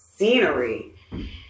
scenery